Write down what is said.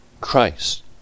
Christ